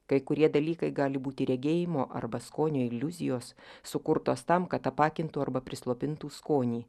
kai kurie dalykai gali būti regėjimo arba skonio iliuzijos sukurtos tam kad apakintų arba prislopintų skonį